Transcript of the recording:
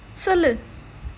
சொல்லு:sollu